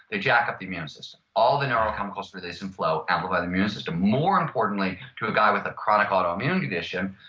they jack up the immune system. all the neurochemicals released in flow amplify the immune system. more importantly, to a guy with a chronic autoimmune condition.